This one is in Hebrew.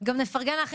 נפרגן להם,